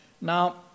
Now